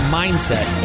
mindset